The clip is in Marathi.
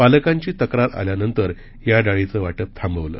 पालकांची तक्रार आल्यानंतर या डाळीचं वाटप थांबवलं